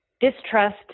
distrust